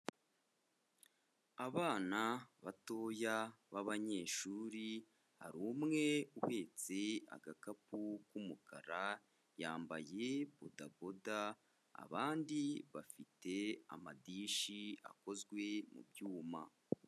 Abana batoya b'abanyeshuri, hari umwe uhetse agakapu k'umukara yambaye bodaboda abandi bafite amadirishi akozwe mu byuma.